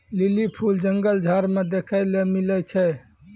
lily फूल जंगल झाड़ मे देखै ले मिलै छै